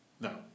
No